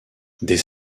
des